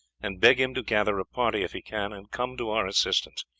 and beg him to gather a party, if he can, and come to our assistance.